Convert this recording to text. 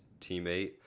teammate